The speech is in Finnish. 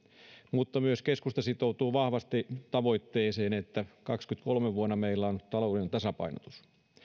mutta myös keskusta sitoutuu vahvasti tavoitteeseen että vuonna kaksikymmentäkolme meillä on talouden tasapainotus